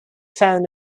found